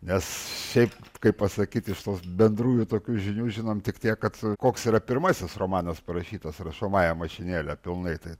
nes šiaip kaip pasakyt iš tos bendrųjų tokių žinių žinom tik tiek kad koks yra pirmasis romanas parašytas rašomąja mašinėle pilnai tai